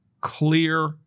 clear